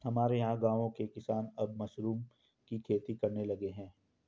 हमारे यहां गांवों के किसान अब मशरूम की खेती करने लगे हैं